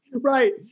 Right